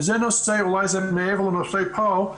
וזה נושא, אולי מעבר לנושא כאן,